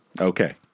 Okay